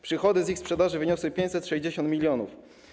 Przychody z ich sprzedaży wyniosły 560 mln.